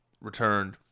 returned